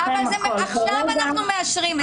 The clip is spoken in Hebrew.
כרגע --- אבל עכשיו אנחנו מאשרים את זה.